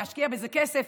להשקיע בזה כסף,